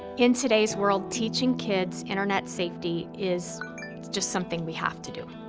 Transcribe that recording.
in today's world, teaching kids internet safety is just something we have to do.